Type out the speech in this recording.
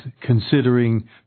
considering